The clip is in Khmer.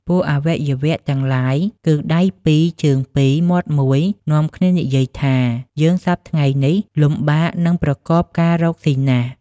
ពួកអវយវៈទាំងឡាយគឺដៃពីរជើងពីរ មាត់មួយ នាំគ្នានិយាយ ថា "យើងសព្វថ្ងៃនេះ លំបាកនឹងប្រកបការរកស៊ីណាស់" ។